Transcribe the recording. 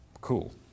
cool